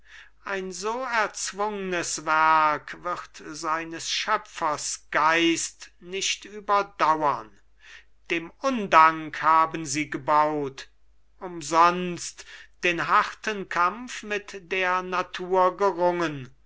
ein so erzwungnes werk wird seines schöpfers geist nicht überdauern dem undank haben sie gebaut umsonst den harten kampf mit der natur gerungen